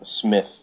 Smith